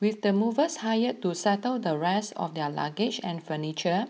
with the movers hired to settle the rest of their luggage and furniture